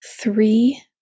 three